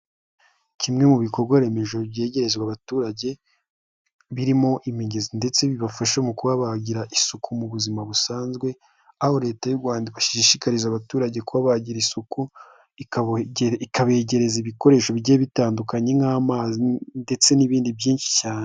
Kimwe mu bikorwa remezo byegerezwa abaturage birimo imigezi ndetse bibafasha mu kubabagira isuku mu buzima busanzwe, aho leta y'u Rwanda ibashishikariza abaturage kuba bagira isuku, ikabegereza ibikoresho bigiye bitandukanye nk'amazi ndetse n'ibindi byinshi cyane.